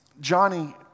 Johnny